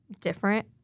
different